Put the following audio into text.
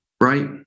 right